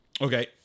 Okay